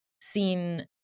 seen